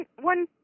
one